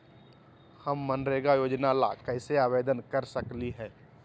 हम मनरेगा योजना ला कैसे आवेदन कर सकली हई?